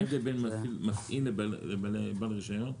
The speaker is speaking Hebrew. מה ההבדל בין מפעיל לבעל רישיון?